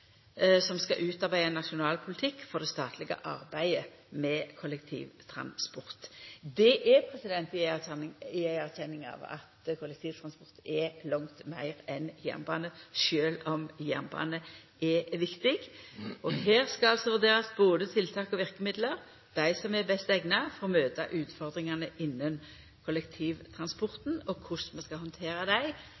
som skal utarbeida ein nasjonal politikk for det statlege arbeidet med kollektivtransport. Det er i erkjenning av at kollektivtransport er langt meir enn jernbane, sjølv om jernbane er viktig. Her skal det vurderast både tiltak og verkemiddel – dei som er best eigna for å møta utfordringane innan